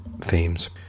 themes